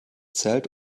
zelt